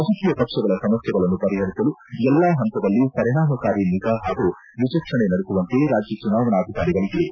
ರಾಜಕೀಯ ಪಕ್ಷಗಳ ಸಮಸ್ಥೆಗಳನ್ನು ಪರಿಹರಿಸಲು ಎಲ್ಲಾ ಹಂತದಲ್ಲಿ ಪರಿಣಾಮಕಾರಿ ನಿಗಾ ಹಾಗೂ ವಿಚಕ್ಷಣೆ ನಡೆಸುವಂತೆ ರಾಜ್ಯ ಚುನಾವಣಾಧಿಕಾರಿಗಳಿಗೆ ಒ